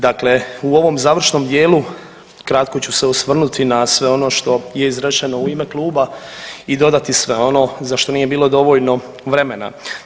Dakle, u ovom završnom dijelu kratko ću se osvrnuti na sve ono što je izrečeno u ime kluba i dodati sve ono za što nije bilo dovoljno vremena.